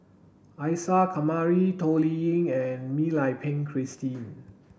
Isa Kamari Toh Liying and Mak Lai Peng Christine